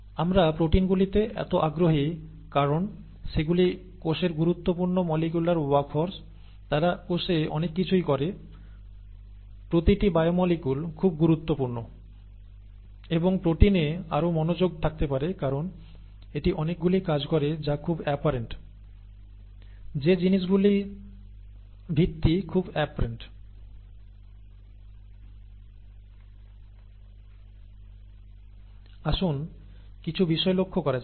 আমরা প্রোটিনগুলিতে এত আগ্রহী কারণ সেগুলি কোষের গুরুত্বপূর্ণ মলিকিউলার ওয়ার্কহর্স তারা কোষে অনেক কিছুই করে প্রতিটি বায়োমোলিকুল খুব গুরুত্বপূর্ণ এবং প্রোটিনে আরও মনোযোগ থাকতে পারে কারণ এটি অনেকগুলি কাজ করে যা খুব অ্যাপারেন্ট যে জিনিস গুলির ভিত্তি খুব অ্যাপারেন্ট আসুন কিছু বিষয় লক্ষ্য করা যাক